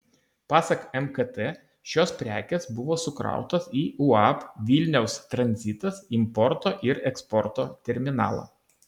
pasak mkt šios prekės buvo sukrautos į uab vilniaus tranzitas importo ir eksporto terminalą